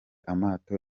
amato